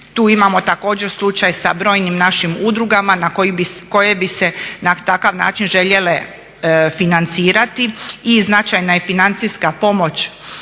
Tu imamo također slučaj sa brojnim našim udrugama koje bi se na takav način željele financirati i značajna je financijska pomoć